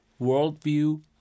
worldview